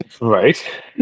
right